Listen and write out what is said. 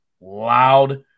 loud